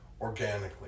organically